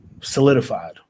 Solidified